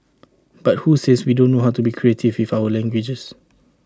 but who says we don't know how to be creative with our languages